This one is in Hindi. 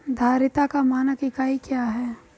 धारिता का मानक इकाई क्या है?